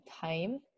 time